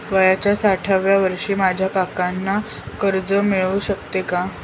वयाच्या साठाव्या वर्षी माझ्या काकांना कर्ज मिळू शकतो का?